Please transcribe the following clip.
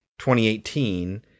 2018